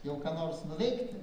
jau ką nors nuveikti